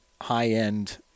high-end